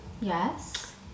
Yes